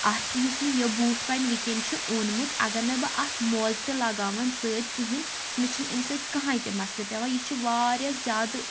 اَتھ یُس مےٚ یہِ بوٗٹھ وۄنۍ وٕنکٮ۪ن چھُ اوٚنمُت اگر نہٕ بہٕ اَتھ موزٕ تہِ لگاوَن سۭتۍ کِہیٖنۍ مےٚ چھنہِ اَمہِ سۭتۍ کہیٖنۍ تہِ مثلہٕ پیٚوان یہِ چھِ واریاہ زیادٕ